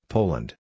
Poland